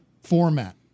format